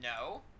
no